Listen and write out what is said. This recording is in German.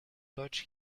deutsch